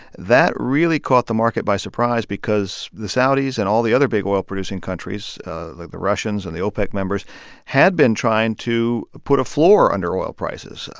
that really caught the market by surprise because the saudis and all the other big oil-producing countries like the russians and the opec members had been trying to put a floor under oil prices,